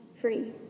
free